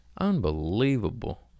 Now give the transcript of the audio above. Unbelievable